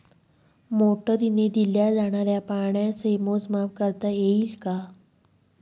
मोटरीने दिल्या जाणाऱ्या पाण्याचे मोजमाप करता येईल का?